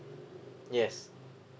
yes